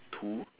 two